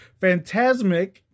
Fantasmic